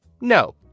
No